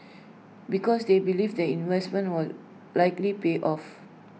because they believe the investment will likely pay off